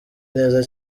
neza